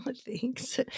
thanks